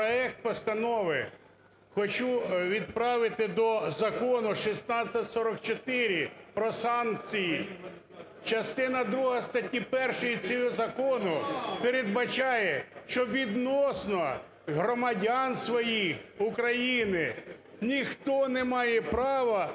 проект постанови, хочу відправити до Закону 1644 про санкції. Частина друга статті 1 цього закону передбачає, що відносно громадян своїх, України, ніхто не має права